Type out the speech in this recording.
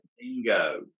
Bingo